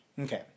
Okay